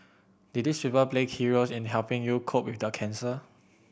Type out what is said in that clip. did these people play key roles in the helping you cope with the cancer